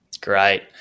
Great